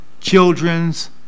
children's